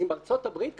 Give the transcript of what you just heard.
אז אם ארצות הברית ככה,